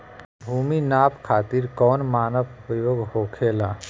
भूमि नाप खातिर कौन मानक उपयोग होखेला?